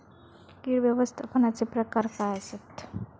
कीड व्यवस्थापनाचे प्रकार काय आसत?